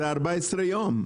זה 14 יום.